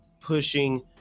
pushing